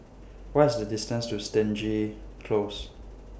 What IS The distance to Stangee Close